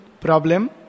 problem